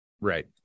Right